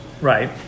Right